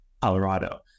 colorado